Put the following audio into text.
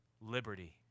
liberty